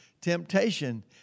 temptation